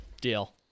Deal